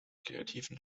kreativen